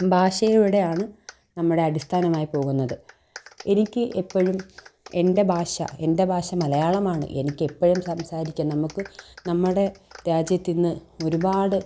ഭാഷയിലൂടെയാണ് നമ്മുടെ അടിസ്ഥാനമായി പോകുന്നത് എനിക്ക് എപ്പഴും എൻ്റെ ഭാഷ എൻ്റെ ഭാഷ മലയാളമാണ് എനിക്കെപ്പഴും സംസാരിക്കാൻ നമുക്ക് നമ്മടെ രാജ്യത്തിൽ നിന്ന് ഒരുപാട്